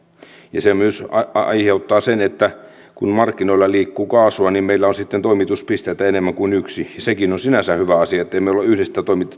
se myös aiheuttaa sen että kun markkinoilla liikkuu kaasua niin meillä on sitten toimituspisteitä enemmän kuin yksi ja sekin on sinänsä hyvä asia ettemme ole yhdestä